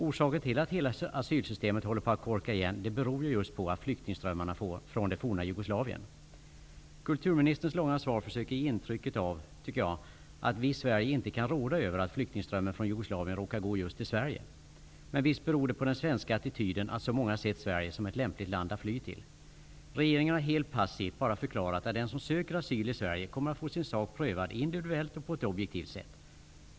Orsaken till att hela asylsystemet håller på att korka igen är flyktingströmmarna från det forna Kulturministerns långa svar försöker ge intrycket av att vi i Sverige inte kan råda över att flyktingströmmen från Jugoslavien råkat gå just till Sverige. Men visst beror det på den svenska attityden att så många sett Sverige som ett lämpligt land att fly till. Regeringen har helt passivt bara förklarat att den som söker asyl i Sverige kommer att få sin sak prövad individuellt och på ett objektivt sätt.